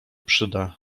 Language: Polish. przyda